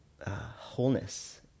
wholeness